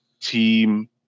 team